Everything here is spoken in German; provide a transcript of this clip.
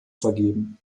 vergeben